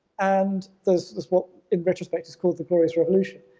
and this is what in retrospect is called the glorious revolution.